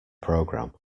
programme